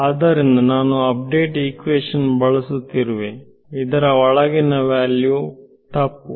ಆದ್ದರಿಂದ ನಾನು update equation ಬಳಸುತ್ತಿರುವೆ ಆದರೆ ಇದರ ಒಳಗಿನ ವ್ಯಾಲ್ಯೂ ತಪ್ಪು